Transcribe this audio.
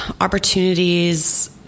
opportunities